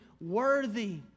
worthy